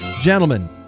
Gentlemen